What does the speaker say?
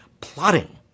plotting